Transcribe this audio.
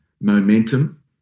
momentum